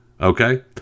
Okay